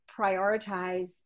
prioritize